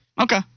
Okay